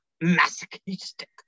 masochistic